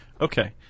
Okay